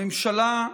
הממשלה,